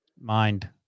mind